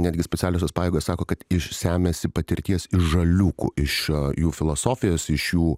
netgi specialiosios pajėgos sako kad iš semiasi patirties iš žaliūkų iš jų filosofijos iš jų